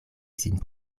sin